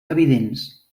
evidents